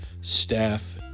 staff